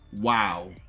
Wow